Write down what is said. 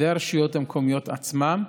והרשויות המקומיות עצמן,